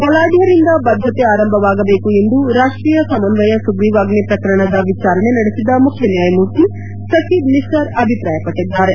ಬಲಾಢ್ನರಿಂದ ಬದ್ದತೆ ಆರಂಭವಾಗಬೇಕು ಎಂದು ರಾಷ್ಷೀಯ ಸಮಸ್ತಯ ಸುಗ್ರೀವಾಜ್ಞೆ ಪ್ರಕರಣದ ವಿಚಾರಣೆ ನಡೆಸಿದ ಮುಖ್ಯನ್ಗಾಯಮೂರ್ತಿ ಸಕಿಬ್ ನಿಸಾರ್ ಅಭಿಪ್ರಾಯಪಟ್ಟದ್ದಾರೆ